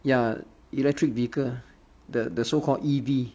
ya electric vehicle the the so called E_V